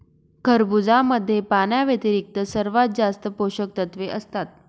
खरबुजामध्ये पाण्याव्यतिरिक्त सर्वात जास्त पोषकतत्वे असतात